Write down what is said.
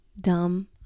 dumb